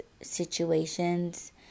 situations